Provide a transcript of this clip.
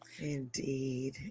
Indeed